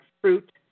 Fruit